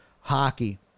hockey